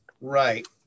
Right